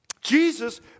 Jesus